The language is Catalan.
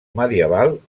medieval